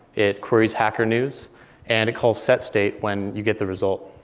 it queries hacker news and it calls setstate when you get the result.